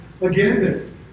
again